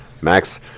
Max